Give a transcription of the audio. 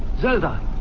Zelda